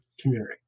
community